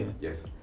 Yes